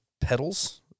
pedals